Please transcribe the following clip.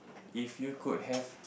if you could have